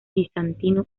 bizantino